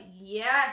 yes